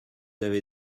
avez